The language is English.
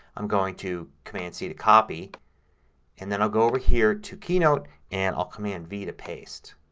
i'm going to command c to copy and then i'll go over here to keynote and i'll command v to paste.